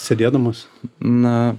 sėdėdamas na